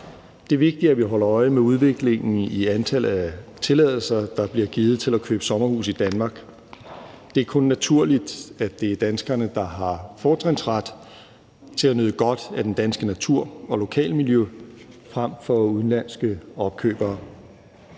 Det er vigtigt, at vi holder øje med udviklingen i antallet af tilladelser, der bliver givet til at købe sommerhus i Danmark. Det er kun naturligt, at det er danskerne, der har fortrinsret til at nyde godt af den danske natur og det danske lokalmiljø frem for udenlandske opkøbere.